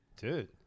Dude